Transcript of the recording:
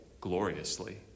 gloriously